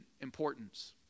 importance